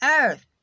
earth